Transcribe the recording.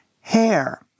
hair